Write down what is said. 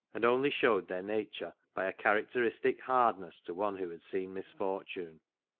and only showed their nature by a character istic hardness to one who had seen misfortune.